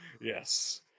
Yes